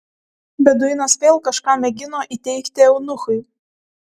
beduinas vėl kažką mėgino įteigti eunuchui